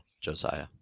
Josiah